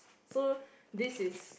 so this is